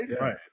Right